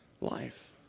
life